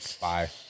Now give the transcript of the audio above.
bye